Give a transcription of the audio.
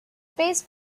space